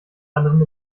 anderem